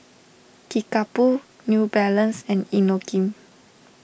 Kickapoo New Balance and Inokim